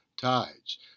Tides